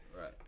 Right